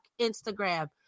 Instagram